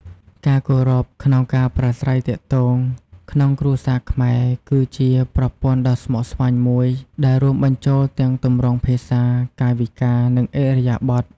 ការគោរពក្នុងការប្រាស្រ័យទាក់ទងក្នុងគ្រួសារខ្មែរ គឺជាប្រព័ន្ធដ៏ស្មុគស្មាញមួយដែលរួមបញ្ចូលទាំងទម្រង់ភាសា កាយវិការ និងឥរិយាបថ។